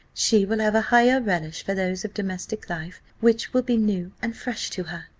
she will have a higher relish for those of domestic life, which will be new and fresh to her.